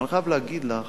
אני חייב להגיד לך